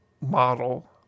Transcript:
model